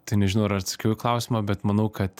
tai nežinau ar atsakiau į klausimą bet manau kad